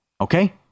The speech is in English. okay